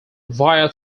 via